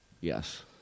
Yes